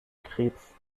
krebs